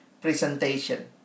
presentation